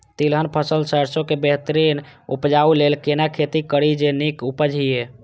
तिलहन फसल सरसों के बेहतरीन उपजाऊ लेल केना खेती करी जे नीक उपज हिय?